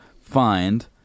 find